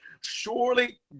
Surely